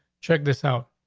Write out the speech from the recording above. check this out.